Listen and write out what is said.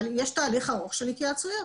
יש תהליך ארוך של התייעצויות.